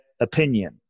opinion